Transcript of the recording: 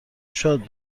شاد